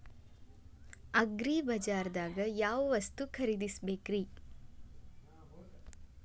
ಅಗ್ರಿಬಜಾರ್ದಾಗ್ ಯಾವ ವಸ್ತು ಖರೇದಿಸಬೇಕ್ರಿ?